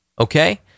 okay